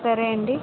సరే అండి